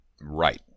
Right